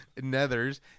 nethers